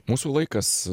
mūsų laikas